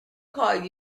call